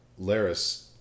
Laris